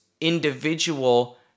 individual